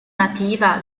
nativa